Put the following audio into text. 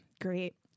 great